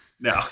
No